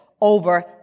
over